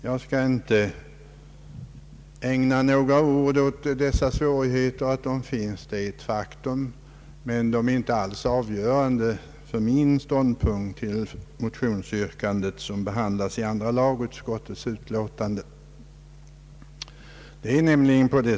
Jag skall inte ägna mig åt dessa svårigheter. Att de finns är ett faktum, men de är inte alls avgörande för mitt ståndpunktstagande till det motionsyrkande som behandlas i andra lagutskottets utlåtande.